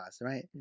right